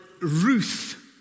Ruth